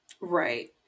right